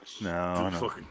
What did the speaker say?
No